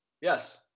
Yes